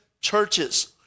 churches